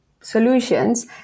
solutions